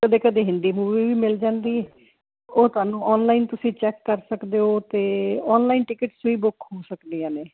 ਕਦੇ ਕਦੇ ਹਿੰਦੀ ਮੂਵੀ ਵੀ ਮਿਲ ਜਾਂਦੀ ਉਹ ਸਾਨੂੰ ਆਨਲਾਈਨ ਤੁਸੀਂ ਚੈੱਕ ਕਰ ਸਕਦੇ ਹੋ ਤੇ ਆਨਲਾਈਨ ਟਿਕਟ ਵੀ ਬੁੱਕ ਹੋ ਸਕਦੀ ਨੇ